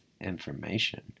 information